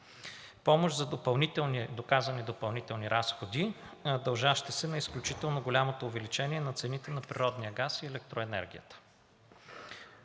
помощ за доказани допълнителни разходи, дължащи се на изключително голямото увеличение на цените на природния газ и електроенергията.